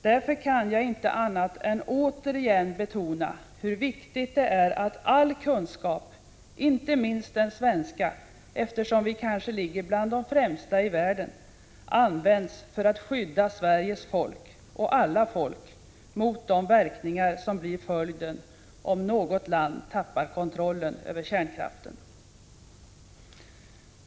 Därför kan jag inte annat än återigen betona hur viktigt det är att all kunskap — inte minst den svenska, eftersom vi kanske ligger bland de främsta i världen — används för att skydda Sveriges folk och alla folk mot de verkningar som blir följden om något land tappar kontrollen över kärnkraften.